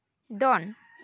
ᱫᱚᱱ